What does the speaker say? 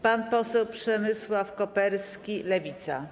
Pan poseł Przemysław Koperski, Lewica.